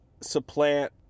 supplant